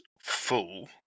full